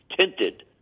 tinted